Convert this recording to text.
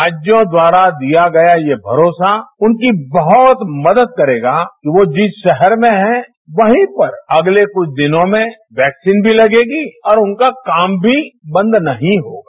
राज्यों द्वारा दिया गया ये भरोसा उनकी बहत मदद करेगा कि वो जिस शहर में है अगले कुछ दिनों में वैक्सीन भी लगेगी और उनका काम भी बंद नहीं होगा